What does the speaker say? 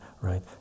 right